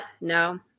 no